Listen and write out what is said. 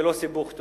ולא סיבוך.